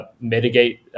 mitigate